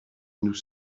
nous